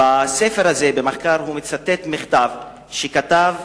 בספר הזה, במחקר, הוא מצטט מכתב שכתב